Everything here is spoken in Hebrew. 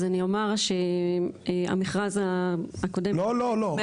אז אני אומר שהמכרז הקודם --- לא, לא, לא.